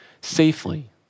safely